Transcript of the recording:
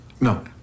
No